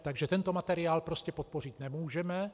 Takže tento materiál prostě podpořit nemůžeme.